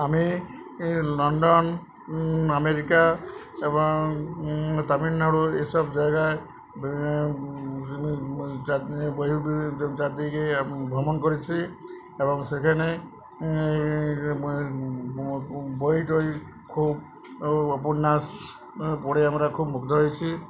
আমি London America এবং তামিলনাড়ু এইসব জায়গায় বই চারদিকে ভ্রমণ করেছি এবং সেখানে বইটই খুব উপন্যাস পড়ে আমরা খুব মুগ্ধ হয়েছি